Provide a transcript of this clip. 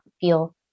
feel